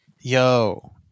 Yo